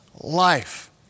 life